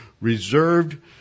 reserved